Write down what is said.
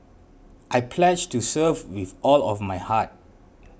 I pledge to serve with all my heart